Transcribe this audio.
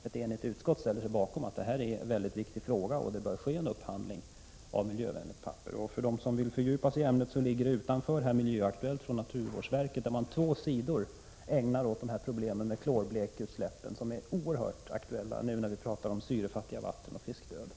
Ett enigt utskott anser att detta är en mycket viktig fråga och att det bör ske en upphandling av miljövänligt papper. För dem som vill fördjupa sig i ämnet ligger ”Miljöaktuellt” från naturvårdsverket utanför kammaren. Två sidor ägnas där åt problemen med klorblekutsläppen, som är oerhört aktuella när man talar om syrefattiga vatten och fiskdöd.